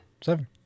Seven